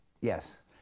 Yes